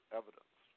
evidence